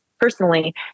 personally